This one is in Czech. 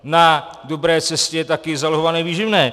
Na dobré cestě je taky zálohované výživné.